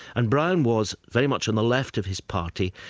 and brown was very much on the left of his party,